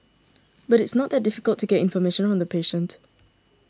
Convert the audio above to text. but it is not that difficult to get information on the patient